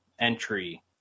entry